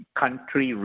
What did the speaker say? country